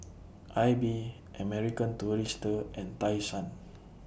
AIBI American Tourister and Tai Sun